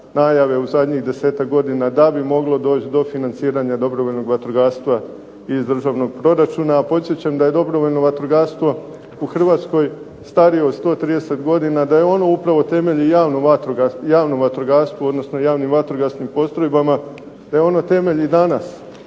najave u zadnjih 10-ak godina da bi moglo doći do financiranja dobrovoljnog vatrogastva i iz državnog proračuna. A podsjećam da je dobrovoljno vatrogastvo u Hrvatskoj starije od 130 godina, da je ono upravo temelj i javnom vatrogastvu, odnosno javnim vatrogasnim postrojbama. Da je ono temelj i danas